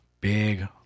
Big